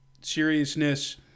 seriousness